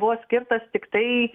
buvo skirtas tiktai